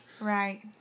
Right